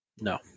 No